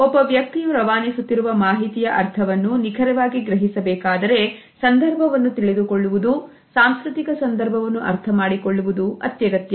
ಒಬ್ಬ ವ್ಯಕ್ತಿಯು ರವಾನಿಸುತ್ತಿರುವ ಮಾಹಿತಿಯ ಅರ್ಥವನ್ನು ನಿಖರವಾಗಿ ಗ್ರಹಿಸಬೇಕಾದರೆ ಸಂದರ್ಭವನ್ನು ತಿಳಿದುಕೊಳ್ಳುವುದು ಸಾಂಸ್ಕೃತಿಕ ಸಂದರ್ಭವನ್ನು ಅರ್ಥ ಮಾಡಿಕೊಳ್ಳುವುದು ಅತ್ಯಗತ್ಯ